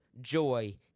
joy